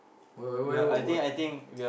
why why why why